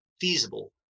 feasible